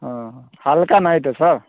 ହଁ ହାଲକା ନାହିଁ ତ ସାର୍